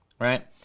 right